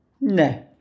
No